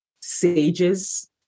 sages